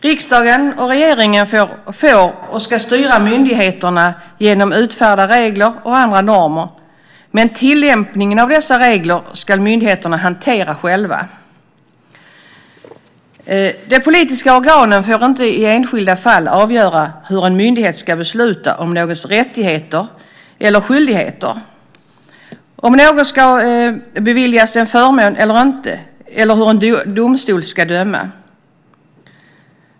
Riksdagen och regeringen får och ska styra myndigheterna genom att utfärda regler och andra normer, men tillämpningen av dessa regler ska myndigheterna hantera själva. De politiska organen får inte i enskilda fall avgöra hur en myndighet ska besluta om någons rättigheter eller skyldigheter, om någon ska beviljas en förmån eller inte eller hur en domstol ska döma.